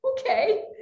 okay